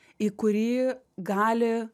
į kurį gali